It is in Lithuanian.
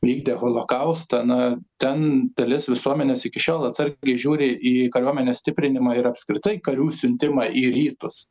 vykdė holokaustą na ten dalis visuomenės iki šiol atsargiai žiūri į kariuomenės stiprinimą ir apskritai karių siuntimą į rytus